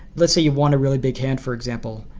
let's say you've won a really big hand, for example,